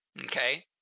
okay